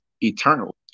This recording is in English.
eternal